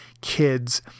kids